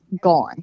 gone